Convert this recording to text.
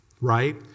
right